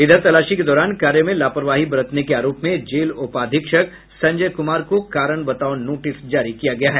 वहीं तलाशी के दौरान कार्य में लापरवाही बरतने के आरोप में जेल उपाधीक्षक संजय कुमार को कारण बताओ नोटिस जारी किया गया है